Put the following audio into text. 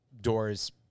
doors